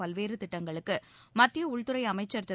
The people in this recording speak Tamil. பல்வேறு திட்டங்களுக்கு மத்திய உள்துறை அமைச்சர் திரு